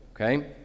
okay